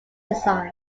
design